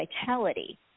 vitality